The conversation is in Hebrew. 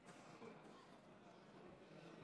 נגד.